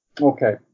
Okay